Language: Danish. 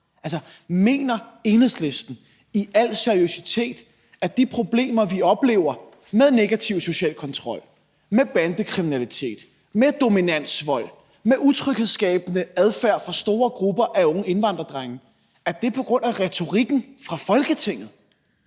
Altså, mener Enhedslisten i al seriøsitet, at de problemer, vi oplever med negativ social kontrol, med bandekriminalitet, med dominansvold, med utryghedsskabende adfærd fra store grupper af unge indvandrerdrenge, er på grund af retorikken fra Folketingets